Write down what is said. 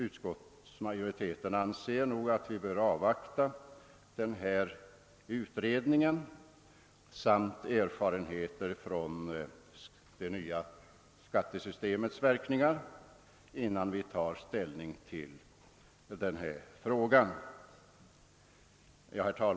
Utskottsmajoriteten anser att vi bör avvakta denna utredning samt = erfarenheterna av det nya skattesystemets verkningar innan vi tar ställning till denna fråga.